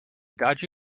dodgy